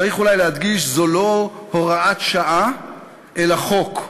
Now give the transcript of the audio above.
צריך אולי להדגיש: זו לא הוראת שעה אלא חוק,